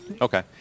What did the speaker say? Okay